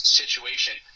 situation